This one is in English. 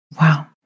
Wow